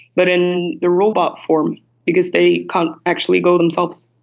but in the robot form because they can't actually go themselves.